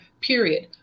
period